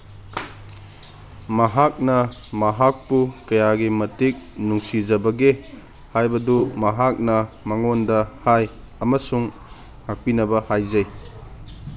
ꯃꯍꯥꯛꯅ ꯃꯍꯥꯛꯄꯨ ꯀꯌꯥꯒꯤ ꯃꯇꯤꯛ ꯅꯨꯡꯁꯤꯖꯕꯒꯦ ꯍꯥꯏꯕꯗꯨ ꯃꯍꯥꯛꯅ ꯃꯉꯣꯟꯗ ꯍꯥꯏ ꯑꯃꯁꯨꯡ ꯉꯥꯛꯄꯤꯅꯕ ꯍꯥꯏꯖꯩ